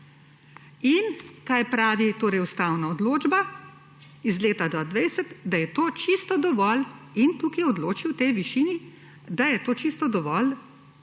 In kaj pravi ustavna odločba iz leta 2020? Da je to čisto dovolj. In tu odloči o tej višini, da je to čisto dovolj,